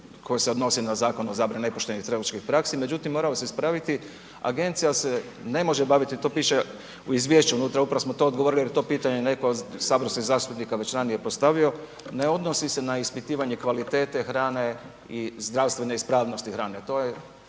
koje se odnosi na Zakon o zabrani nepoštenih trgovačkih praksi. Međutim, moram vas ispraviti agencija se ne baviti to piše u izvješću unutra upravo smo to odgovorili jer je to pitanje netko od saborskih zastupnika već ranije postavio, ne odnosi se na ispitivanje kvalitete hrane i zdravstvene ispravnosti hrane,